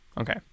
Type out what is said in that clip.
Okay